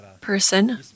person